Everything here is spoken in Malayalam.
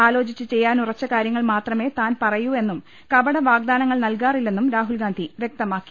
ആലോചിച്ച് ചെയ്യാനുറച്ച കാര്യങ്ങൾ മാത്രമേ താൻ പറയൂവെന്നും കപട വാഗ്ദാനങ്ങൾ നൽകാറില്ലെന്നും രാഹുൽഗാന്ധി വ്യക്തമാക്കി